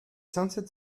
sunset